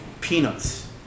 peanuts